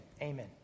Amen